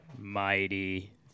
mighty